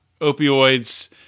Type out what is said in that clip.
opioids